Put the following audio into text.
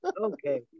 okay